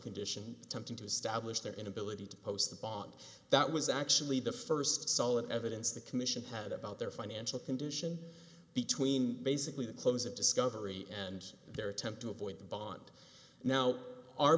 condition attempting to establish their inability to post the bond that was actually the first solid evidence the commission had about their financial condition between basically the close of discovery and their attempt to avoid the bond now our